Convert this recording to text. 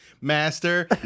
master